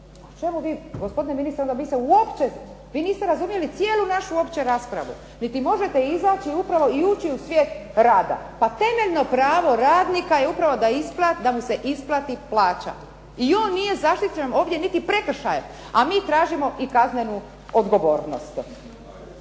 O čemu vi, gospodine ministre onda mi se uopće, vi niste razumjeli cijelu našu uopće raspravu, niti možete izaći upravo i ući u svijet rada. Pa temeljno pravo radnika je upravo da mu se isplati plaća. I on nije zaštićen ovdje niti prekršajem, a mi tražimo i kaznenu odgovornost.